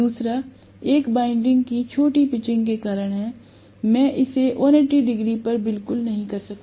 दूसरा एक वाइंडिंग की छोटी पिचिंग के कारण है मैं इसे 180 डिग्री पर बिल्कुल नहीं कर सकता